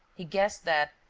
he guessed that,